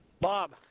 Bob